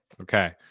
Okay